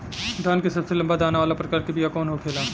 धान के सबसे लंबा दाना वाला प्रकार के बीया कौन होखेला?